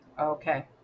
Okay